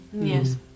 Yes